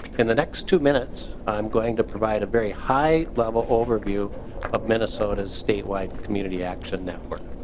in the next two minutes i'm going to provide a very high level overview of minnesota's statewide community action network.